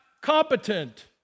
competent